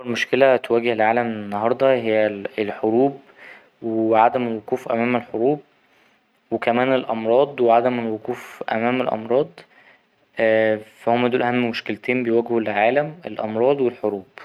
أكبر مشكلة تواجه العالم النهاردة هي الـ ـ الحروب وعدم الوقوف أمام الحروب وكمان الأمراض وعدم الوقوف أمام الأمراض فا هما دول أهم مشكلتين بيواجهوا العالم الأمراض والحروب.